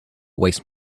waste